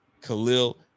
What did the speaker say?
khalil